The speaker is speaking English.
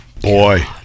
Boy